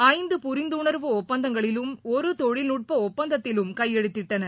ஐந்து புரிந்துணர்வு ஒப்பந்தங்களிலும் ஒருதொழில்நுட்படுப்பந்தத்திலும் கையெழுத்திட்டன